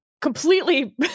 completely